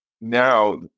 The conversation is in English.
now